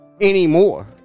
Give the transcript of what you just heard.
anymore